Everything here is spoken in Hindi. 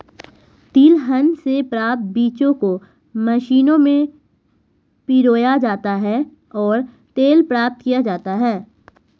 तिलहन से प्राप्त बीजों को मशीनों में पिरोया जाता है और तेल प्राप्त किया जाता है